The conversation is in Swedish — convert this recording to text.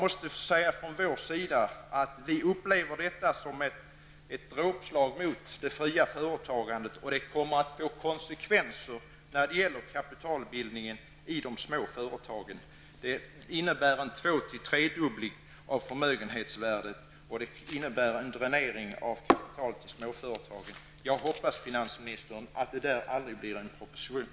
Vi från vår sida upplever detta som ett dråpslag mot det fria företagandet. Det kommer att få konsekvenser när det gäller kapitalbildningen i de små företagen. Det innebär en fördubbling eller tredubbling av förmögenhetsvärdet, och det innebär en dränering av kapitalet till småföretagen. Jag hoppas, herr statsråd, att det förslaget aldrig blir en proposition.